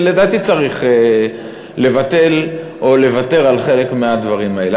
ולדעתי, צריך לבטל או לוותר על חלק מהדברים האלה.